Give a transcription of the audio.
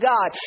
God